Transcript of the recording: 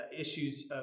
issues